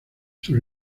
sus